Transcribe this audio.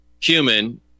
human